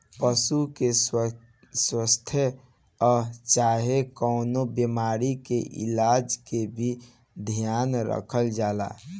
पशु के स्वास्थ आ चाहे कवनो बीमारी के इलाज के भी ध्यान रखल जाला